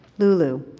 Lulu